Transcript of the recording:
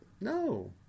No